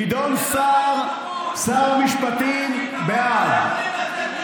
גדעון סער, שר המשפטים, בעד.